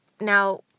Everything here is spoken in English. now